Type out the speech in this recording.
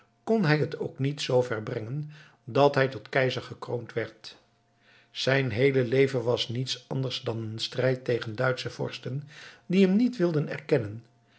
kon hij het ook niet zoo ver brengen dat hij tot keizer gekroond werd zijn heele leven was niets anders dan een strijd tegen duitsche vorsten die hem niet wilden erkennen